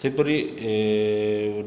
ସେହିପରି